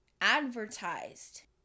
advertised